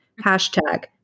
Hashtag